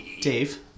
Dave